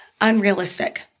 Unrealistic